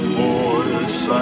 voice